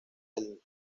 del